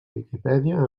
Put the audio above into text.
viquipèdia